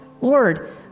Lord